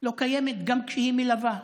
לא קיימת, גם כשהיא מלווה.